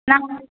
நாங்கள்